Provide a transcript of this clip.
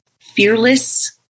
fearless